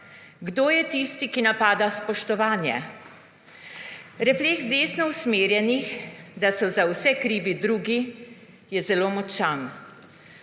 kdo je tisti, ki napada spoštovanje. Refleks desno usmerjenih, da so za vse krivi drugi, je zelo močan.